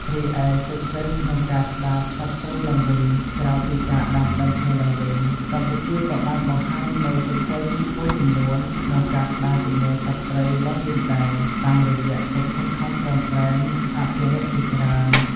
រីឯជោគជ័យក្នុងការស្ដារសត្វព្រៃឡើងវិញក្រៅពីការដាំដើមឈើឡើងវិញ កម្ពុជាក៏បានបង្ហាញនូវជោគជ័យមួយចំនួនក្នុងការស្ដារចំនួនសត្វព្រៃឡើងវិញដែរ តាមរយៈកិច្ចខិតខំប្រឹងប្រែងអភិរក្សជាច្រើន។